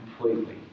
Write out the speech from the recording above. completely